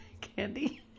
candy